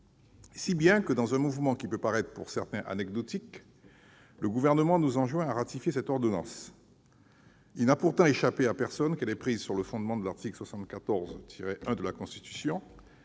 si bien que, dans un mouvement qui peut paraître anecdotique à certains, le Gouvernement nous enjoint de ratifier cette ordonnance. Il n'a pourtant échappé à personne qu'elle est prise sur le fondement de l'article 74-1 de la Constitution